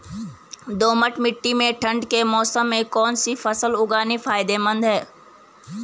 दोमट्ट मिट्टी में ठंड के मौसम में कौन सी फसल उगानी फायदेमंद है?